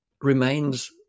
remains